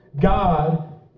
God